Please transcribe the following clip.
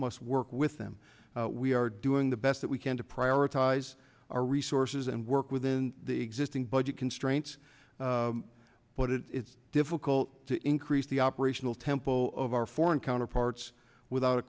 must work with them we are doing the best that we can to prioritize our resources and work within the existing budget constraints but it's difficult to increase the operational tempo of our foreign counterparts without a